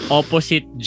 opposite